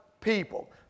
people